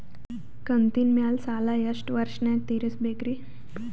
ಕಂತಿನ ಮ್ಯಾಲ ಸಾಲಾ ಎಷ್ಟ ವರ್ಷ ನ್ಯಾಗ ತೀರಸ ಬೇಕ್ರಿ?